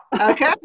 Okay